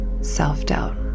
self-doubt